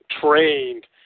trained